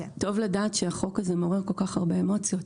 טוב לדעת שהחוק הזה מעורר כל כך הרבה אמוציות.